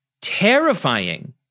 terrifying